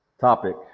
topic